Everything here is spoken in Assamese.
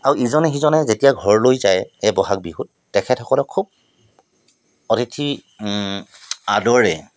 আৰু ইজনে সিজনে যেতিয়া ঘৰলৈ যায় এই বহাগ বিহুত তেখেতসকলক খুব অতিথি আদৰে